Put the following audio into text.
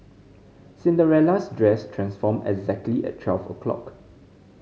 Cinderella's dress transformed exactly at twelve o' clock